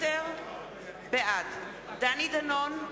בעד דני דנון,